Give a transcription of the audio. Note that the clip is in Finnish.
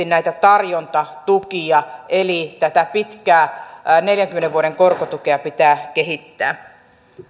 näitä tarjontatukia eli tätä pitkää neljänkymmenen vuoden korkotukea pitää kehittää